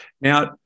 now